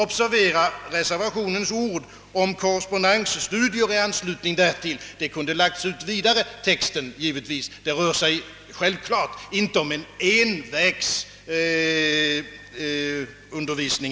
Observera reservationens ord om korrespondensstudier i anslutning därtill! På denna punkt kunde texten naturligtvis ha lagts ut vidare. Det rör sig självfallet inte om en envägsundervisning.